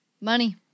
Money